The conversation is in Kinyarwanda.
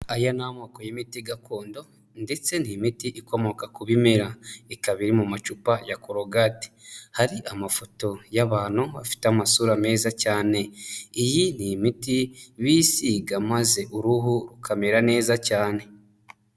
Aya ni amoko y'imiti gakondo ndetse ni imiti ikomoka ku bimera. Ikaba iri mu macupa ya korogate, hari amafoto y'abantu bafite amasura meza cyane, iyi ni imiti bisiga maze uruhu rukamera neza cyane.